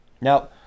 Now